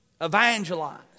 Evangelize